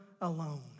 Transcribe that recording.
alone